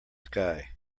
sky